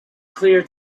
clear